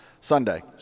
Sunday